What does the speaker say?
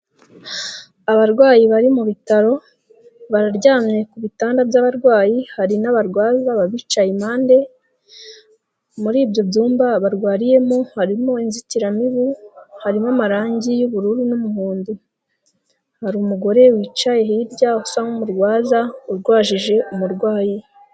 Abarwayi bari mu bitaro bararyamye ku bitanda by'abarwayi hari n'abarwaza babicaye impande muri ibyo byumba barwariyemo harimo inzitiramibu, harimo amarangi y'ubururu n'umuhondo hari umugore wicaye hirya usa nk'umurwaza urwajije umurwayi.